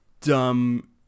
dumb